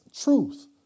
truth